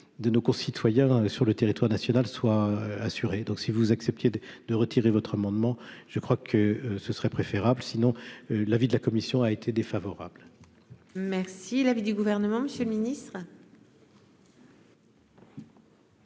de nos concitoyens sur le territoire national soit assurée, donc si vous acceptez de de retirer votre moment, je crois que ce serait préférable, sinon l'avis de la commission a été défavorable. Merci l'avis du gouvernement, Monsieur le Ministre.